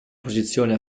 posizione